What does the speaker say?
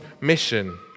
mission